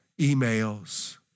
emails